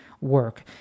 work